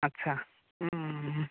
आच्चा